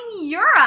Europe